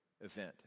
event